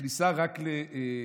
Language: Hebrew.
הכניסה רק למחוסנים.